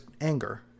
anger